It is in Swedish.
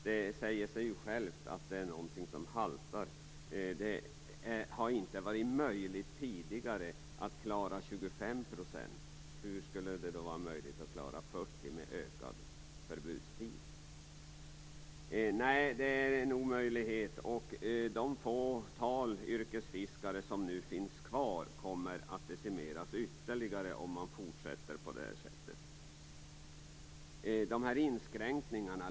Det säger sig självt att någonting haltar. Det har tidigare inte varit möjligt att klara 25 %. Hur skall det då vara möjligt att klara 40 % med en ökad förbudstid? Det är en omöjlighet. Det fåtal yrkesfiskare som nu finns kvar kommer att decimeras ytterligare om det fortsätter på det här sättet.